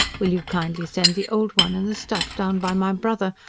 will you kindly send the old one and the stuff down by my brother,